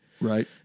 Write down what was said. Right